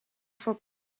for